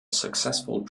successful